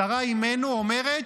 שרה אימנו אומרת: